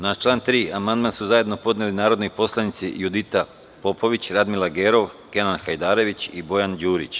Na član 3. amandman su zajedno podneli narodni poslanici Judita Popović, Radmila Gerov, Kenan Hajdarević i Bojan Đurić.